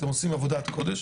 אתם עושים עבודת קודש,